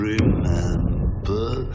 Remember